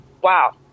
wow